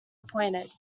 appointed